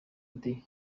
ati